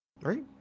right